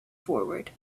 forward